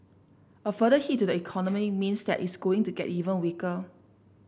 a further hit to the economy means that it's going to get even weaker